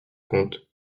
comte